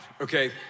okay